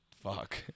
Fuck